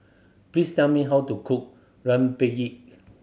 please tell me how to cook rempeyek